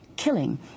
Killing